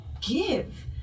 Give